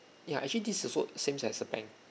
ya actually this is also same as a bank